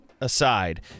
aside